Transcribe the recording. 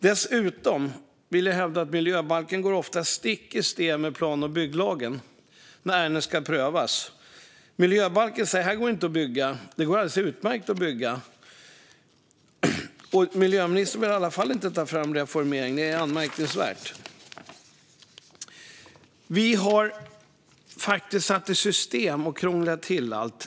Dessutom vill jag hävda att miljöbalken ofta går stick i stäv med plan och bygglagen när ärenden ska prövas. Miljöbalken säger att här går det inte att bygga, fast det går alldeles utmärkt att bygga. Miljöministern vill i alla fall inte reformera lagen. Det är anmärkningsvärt. Vi har faktiskt satt i system att krångla till allt.